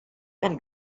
then